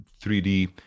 3D